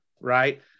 right